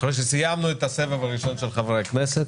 אחרי שסיימנו את הסבב הראשון של חברי הכנסת,